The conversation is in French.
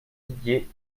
didier